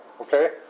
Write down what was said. Okay